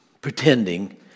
pretending